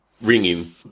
ringing